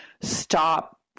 stop